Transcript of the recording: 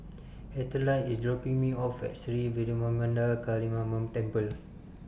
Ethyle IS dropping Me off At Sri Vairavimada Kaliamman Temple